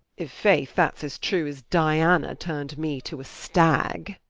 i'faith, that's as true as diana turned me to a stag.